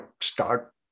start